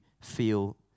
feel